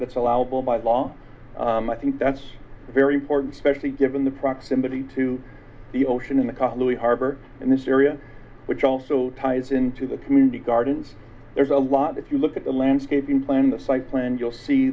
that's allowable by law i think that's very important especially given the proximity to the ocean in the cali harbor and this area which also ties into the community gardens there's a lot if you look at the landscape in planning the site plan you'll see